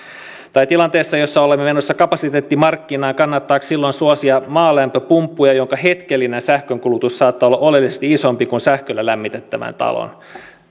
tai kannattaako tilanteessa jossa olemme menossa kapasiteettimarkkinaan suosia maalämpöpumppuja jolloin hetkellinen sähkönkulutus saattaa olla oleellisesti isompi kuin sähköllä lämmitettävän talon